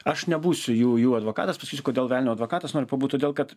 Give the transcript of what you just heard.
aš nebūsiu jų jų advokatas pasakysiu kodėl velnio advokatas noriu pabūt todėl kad